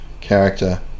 character